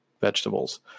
vegetables